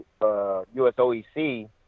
USOEC